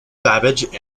babbage